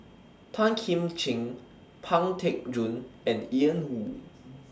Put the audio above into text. Tan Kim Ching Pang Teck Joon and Ian Woo